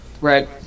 Right